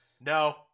No